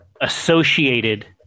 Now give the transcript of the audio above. associated